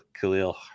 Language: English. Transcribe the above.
Khalil